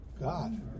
God